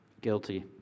Guilty